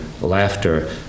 laughter